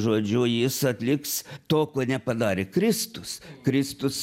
žodžiu jis atliks to ko nepadarė kristus kristus